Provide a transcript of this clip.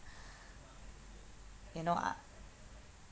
you know I